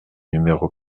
numéro